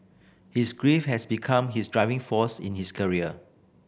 his grief has become his driving force in his career